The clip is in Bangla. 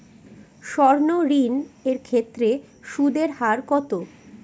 সর্ণ ঋণ এর ক্ষেত্রে সুদ এর হার কত?